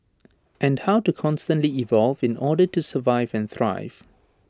and how to constantly evolve in order to survive and thrive